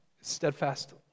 steadfast